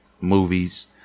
movies